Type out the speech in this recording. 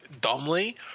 dumbly